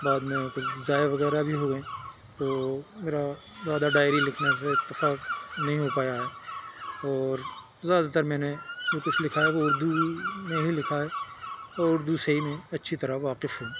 بعد میں کچھ ضائع وغیرہ بھی ہوگئی تو میرا زیادہ ڈائری لکھنے سے اتفاق نہیں ہو پایا ہے اور زیادہ تر میں نے جو کچھ لکھا ہے وہ اردو میں ہی لکھا ہے اور اردو سے ہی میں اچھی طرح واقف ہوں